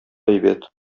әйбәт